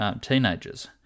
teenagers